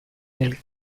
del